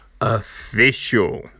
Official